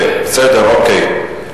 בסדר, אוקיי.